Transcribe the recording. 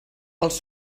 els